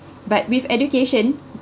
but with education